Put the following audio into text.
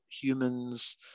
humans